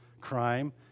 crime